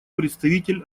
представитель